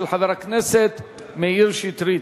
של חבר הכנסת מאיר שטרית.